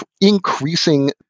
increasing